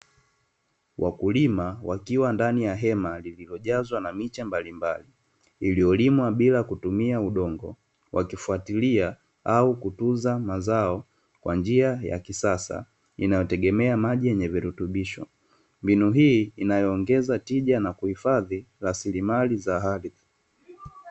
Wakulima wakiwa ndani ya hema lililojazwa na miche mbalimbali iliyolimwa bila ya kutumia udongo, wakifuatilia au kutunza mazao kwa njia ya kisasa inayotegemea maji yenye virutubisho. Mbinu hii inayoongeza tija na kuhifadhi rasilimali za hadhi.